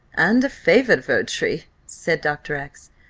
and a favoured votary, said dr. x.